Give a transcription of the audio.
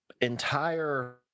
entire